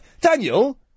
Daniel